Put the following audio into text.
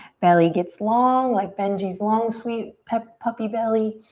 belly gets long like benji's long sweet puppy puppy belly.